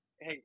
Hey